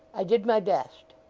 i did my best